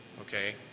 okay